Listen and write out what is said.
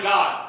God